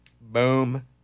Boom